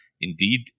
indeed